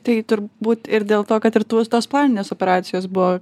tai turbūt ir dėl to kad ir tų tos planinės operacijos buvo